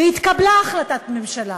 והתקבלה החלטת ממשלה,